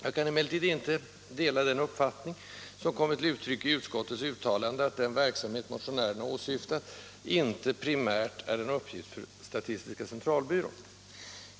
Jag kan emellertid inte dela den uppfattning som kommit till uttryck i utskottets uttalande att den verksamhet motionärerna åsyftat inte ”primärt är en uppgift för SCB”.